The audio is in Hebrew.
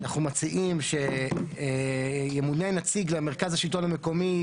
אנחנו מציעים שימונה נציג למרכז השלטון המקומי,